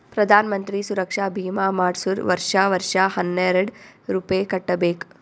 ಪ್ರಧಾನ್ ಮಂತ್ರಿ ಸುರಕ್ಷಾ ಭೀಮಾ ಮಾಡ್ಸುರ್ ವರ್ಷಾ ವರ್ಷಾ ಹನ್ನೆರೆಡ್ ರೂಪೆ ಕಟ್ಬಬೇಕ್